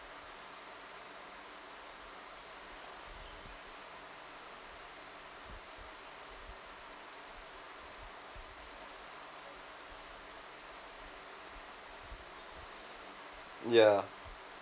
yeah